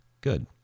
good